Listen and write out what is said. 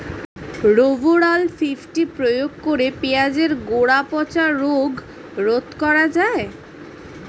Rovral fifty প্রয়োগ করে পেঁয়াজের গোড়া পচা রোগ রোধ করা যায়?